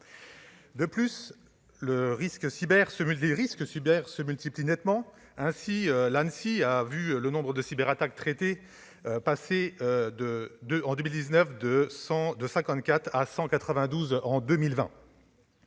De plus, les risques cyber se multiplient nettement. L'Anssi a vu le nombre de cyberattaques traitées passer de 54 en 2019 à 192 en 2020.